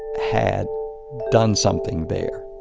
had done something there